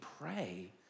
pray